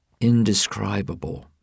indescribable